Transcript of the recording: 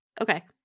Okay